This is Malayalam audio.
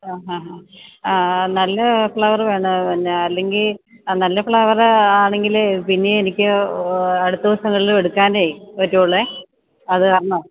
അ ഹാ നല്ല ഫ്ലവറ് വേണം പിന്നെ അല്ലെങ്കിൽ നല്ല ഫ്ലവറ് ആണെങ്കിലേ പിന്നെയും എനിക്ക് അടുത്ത ദിവസങ്ങളിലും എടുക്കാൻ പറ്റുകയുള്ളു അതുകാരണമാണ്